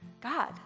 God